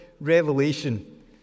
Revelation